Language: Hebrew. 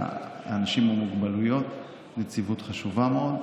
לאנשים עם מוגבלויות, נציבות חשובה מאוד,